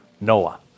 Noah